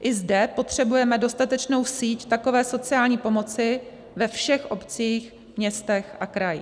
I zde potřebujeme dostatečnou síť takové sociální pomoci ve všech obcích, městech a krajích.